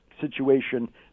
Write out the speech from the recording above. situation